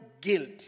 guilt